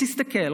תסתכל,